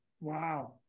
Wow